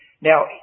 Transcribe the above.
Now